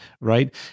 right